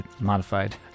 modified